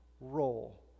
role